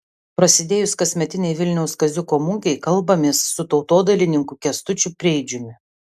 prasidėjus kasmetinei vilniaus kaziuko mugei kalbamės su tautodailininku kęstučiu preidžiumi